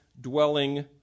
dwelling